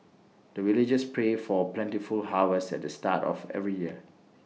the villagers pray for plentiful harvest at the start of every year